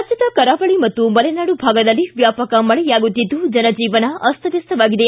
ರಾಜ್ಞದ ಕರಾವಳಿ ಮತ್ತು ಮಲೆನಾಡು ಭಾಗದಲ್ಲಿ ವ್ಯಾಪಕ ಮಳೆಯಾಗುತ್ತಿದ್ದು ಜನಜೀವನ ಅಸ್ತವ್ಯಸ್ತವಾಗಿದೆ